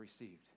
received